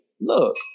look